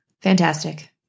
Fantastic